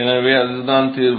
எனவே அதுதான் தீர்வு